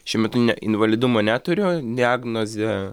šiuo metu ne invalidumo neturiu diagnozė